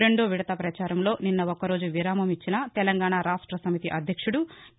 రెండో విడత ప్రచారంలో నిన్న ఒక్క రోజు విరామం ఇచ్చిన తెలంగాణ రాష్ట సమితి అధ్యక్షుడు కే